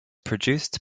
produced